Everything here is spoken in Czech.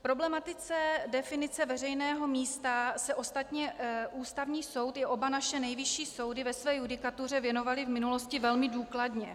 Problematice definice veřejného místa se ostatně Ústavní soud i oba naše nejvyšší soudy ve své judikatuře věnovaly v minulosti velmi důkladně.